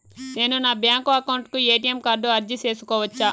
నేను నా bank account కు ఎ.టి.ఎం కార్డు అర్జీ సేసుకోవచ్చా?